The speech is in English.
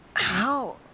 How